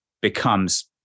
becomes